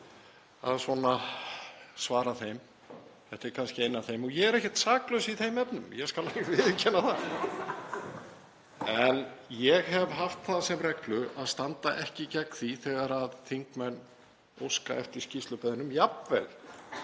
að svara þeim. Þetta er kannski ein af þeim og ég er ekkert saklaus í þeim efnum, ég skal viðurkenna það, en ég hef haft það sem reglu að standa ekki gegn því þegar þingmenn óska eftir skýrslum, jafnvel